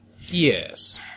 Yes